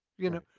you know?